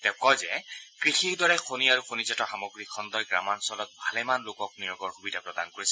তেওঁ কয় যে কৃষিৰ দৰে খনি আৰু খনিজাত সামগ্ৰী খণুই গ্ৰামাঞ্চলত ভালেমান লোকক নিয়োগৰ সুবিধা প্ৰদান কৰিছে